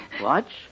Watch